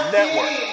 Network